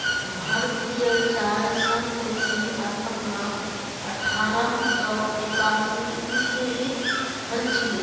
भारतीय चाय संघ की स्थापना अठारह सौ एकासी ईसवीत हल छिले